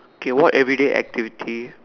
okay what everyday activity